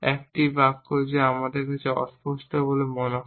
একটি বাক্য যা আমাদের কাছে অস্পষ্ট বলে মনে হয়